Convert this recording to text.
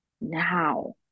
now